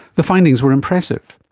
the findings were impressive.